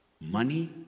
money